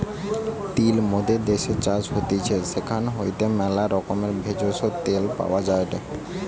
তিল মোদের দ্যাশের চাষ হতিছে সেখান হইতে ম্যালা রকমের ভেষজ, তেল পাওয়া যায়টে